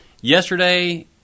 Yesterday